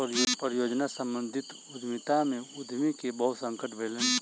परियोजना सम्बंधित उद्यमिता में उद्यमी के बहुत संकट भेलैन